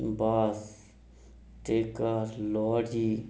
bus taker lorry